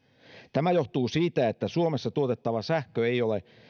tämä johtuu siitä että suomessa tuotettava sähkö ei ole